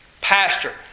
Pastor